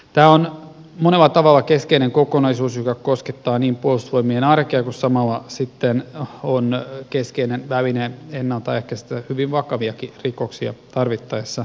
tämä on monella tavalla keskeinen kokonaisuus joka niin koskettaa puolustusvoimien arkea kuin samalla on keskeinen väline ennalta ehkäistä hyvin vakaviakin rikoksia tarvittaessa